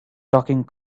talking